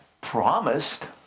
promised